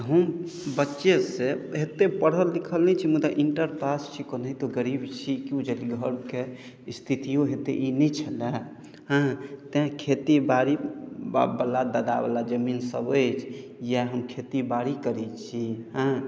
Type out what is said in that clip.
हम बच्चेसँ एतेक पढ़ल लिखल नहि छी मुदा इन्टर पास छी कोनाहितो गरीब छी की बुझलियै घरके स्थितियो एतेक ई नहि छलए हँ तैँ खेतीबाड़ी बापवला दादावला जमीनसभ अछि इएह हम खेतीबाड़ी करै छी हँ